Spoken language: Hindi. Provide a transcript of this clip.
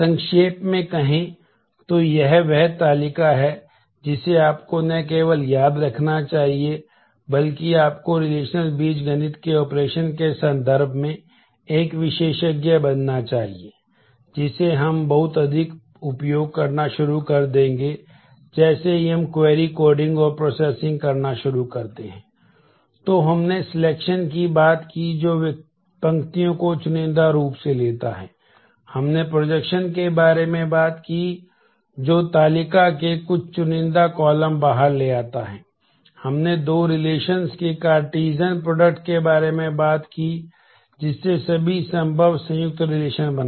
संक्षेप में कहें तो यह वह तालिका है जिसे आपको न केवल याद रखना चाहिए बल्कि आपको रिलेशनल बनाए